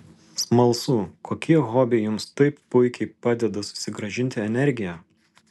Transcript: smalsu kokie hobiai jums taip puikiai padeda susigrąžinti energiją